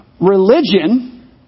religion